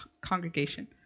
congregation